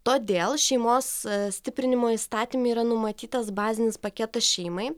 todėl šeimos stiprinimo įstatyme yra numatytas bazinis paketas šeimai